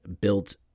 built